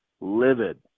livid